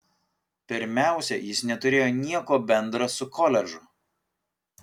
pirmiausia jis neturėjo nieko bendra su koledžu